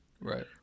Right